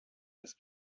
das